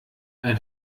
ein